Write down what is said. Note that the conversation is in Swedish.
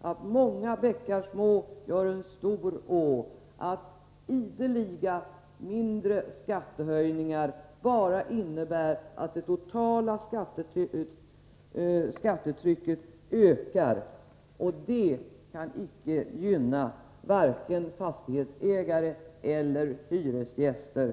att många bäckar små gör en stor å, att ideliga mindre skattehöjningar bara innebär att det totala skattetrycket ökar. Det kan icke gynna vare sig fastighetsägare eller hyresgäster.